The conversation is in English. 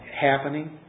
happening